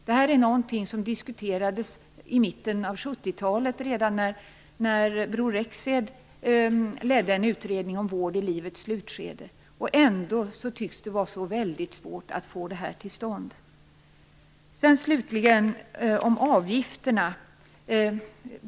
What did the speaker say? Det här är någonting som diskuterades redan i mitten av 70-talet, när Bror Ändå tycks det vara så väldigt svårt att få det här till stånd. Slutligen har vi avgifterna.